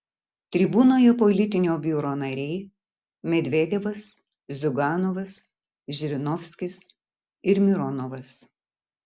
tribūnoje politinio biuro nariai medvedevas ziuganovas žirinovskis ir mironovas